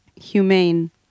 humane